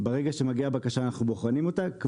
ברגע שמגיעה בקשה אנחנו בוחנים אותה.